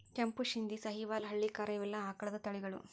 ಕೆಂಪು ಶಿಂದಿ, ಸಹಿವಾಲ್ ಹಳ್ಳಿಕಾರ ಇವೆಲ್ಲಾ ಆಕಳದ ತಳಿಗಳು